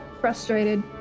frustrated